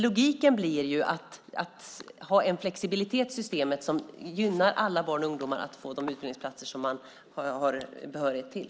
Logiken blir att ha en flexibilitet i systemet som gör att alla barn och ungdomar kan få de utbildningsplatser de har behörighet till.